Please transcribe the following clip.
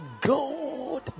God